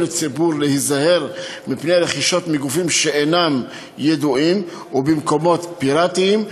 לציבור להיזהר מרכישות מגופים שאינם ידועים ובמקומות פיראטיים,